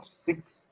six